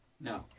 No